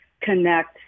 connect